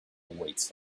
awaits